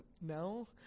No